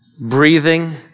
breathing